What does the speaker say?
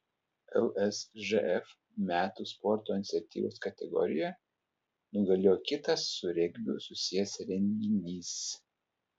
lsžf metų sporto iniciatyvos kategorijoje nugalėjo kitas su regbiu susijęs renginys